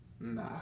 Nah